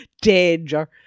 Danger